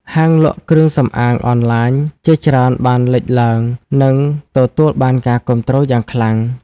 ហាងលក់គ្រឿងសម្អាងអនឡាញជាច្រើនបានលេចឡើង និងទទួលបានការគាំទ្រយ៉ាងខ្លាំង។